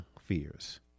fears